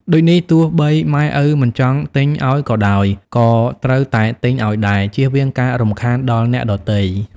ដូចនេះទោះបីម៉ែឪមិនចង់ទិញឲ្យក៏ដោយក៏ត្រូវតែទិញឲ្យដែរ ជៀសវាងការរំខានដល់អ្នកដទៃ ។